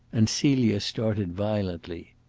and celia started violently.